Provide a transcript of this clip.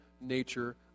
nature